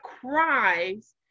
cries